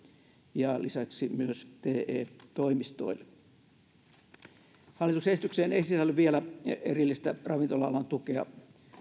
ja lisäksi myös te toimistoille hallituksen esitykseen ei sisälly vielä erillistä ravintola alan tukea